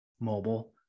mobile